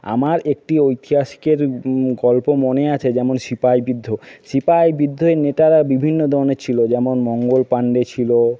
আমার একটি ঐতিহাসিকের গল্প মনে আছে যেমন সিপাহি বিদ্রোহ সিপাহি বিদ্রোহের নেতারা বিভিন্ন ধরনের ছিলো যেমন মঙ্গল পান্ডে ছিলো